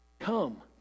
come